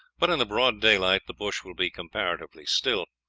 but in the broad daylight the bush will be comparatively still.